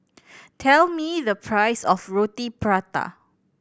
tell me the price of Roti Prata